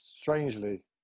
strangely